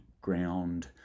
ground